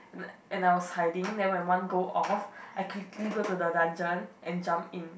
and and I was hiding then when one go off I quickly go to the dungeon and jump in